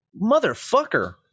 motherfucker